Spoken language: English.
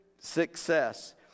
success